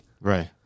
Right